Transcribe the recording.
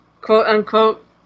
quote-unquote